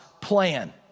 plan